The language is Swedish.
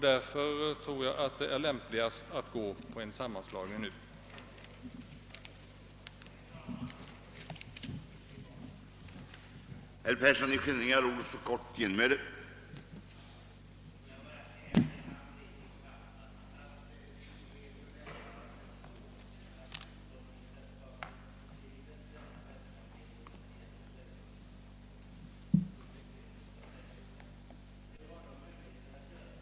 Därför anser jag att det är lämpligast att nu slå samman hushållningssällskapen i Älvsborgs län.